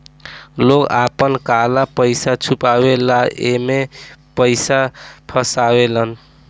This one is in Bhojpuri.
लोग आपन काला पइसा छुपावे ला एमे पइसा फसावेलन